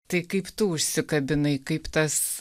tai kaip tu užsikabinai kaip tas